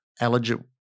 eligible